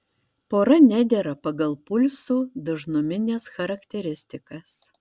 pora nedera pagal pulsų dažnumines charakteristikas